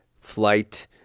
flight